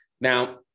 Now